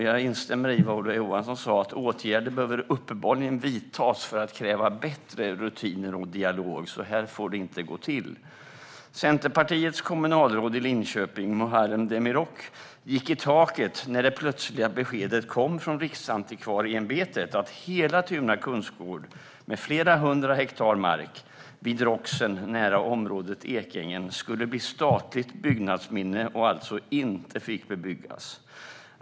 Jag instämmer i vad Ola Johansson sa, att åtgärder uppenbarligen behöver vidtas för att kräva bättre rutiner och dialog. Så här får det inte gå till. Centerpartiets kommunalråd i Linköping, Muharrem Demirok, gick i taket när det plötsliga beskedet kom från Riksantikvarieämbetet att hela Tuna kungsgård, med flera hundra hektar mark, vid Roxen nära området Ekängen, ska bli statligt byggnadsminne och alltså inte får bebyggas.